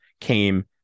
came